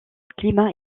climat